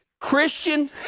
Christian